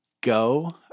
Go